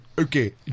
Okay